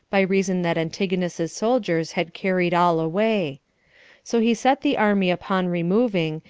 by reason that antigonus's soldiers had carried all away so he set the army upon removing,